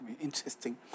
Interesting